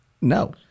No